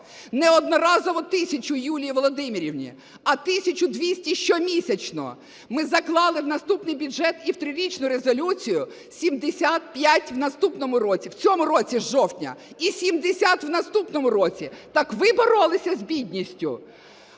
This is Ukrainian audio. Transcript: не одноразову тисячу Юлії Володимирівни, а 1 тисячу 200 щомісячно. Ми заклали в наступний бюджет і в трирічну резолюцію 75 в наступному році, в цьому році з жовтня, і 70 в наступному році. Так ви боролися з бідністю?